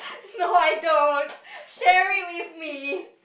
no I don't share it with me